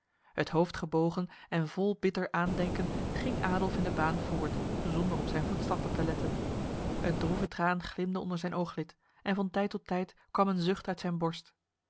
het hoofd gebogen en vol bitter aandenken ging adolf in de baan voort zonder op zijn voetstappen te letten een droeve traan glimde onder zijn ooglid en van tijd tot tijd kwam een zucht uit zijn borst